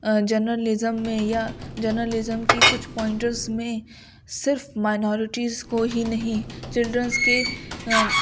journalism میں یا journalism کی کچھ پوائنٹرس میں صرف مائنارٹیز کو ہی نہیں چلڈرینس کے